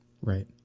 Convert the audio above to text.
Right